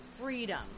freedom